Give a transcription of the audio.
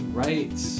right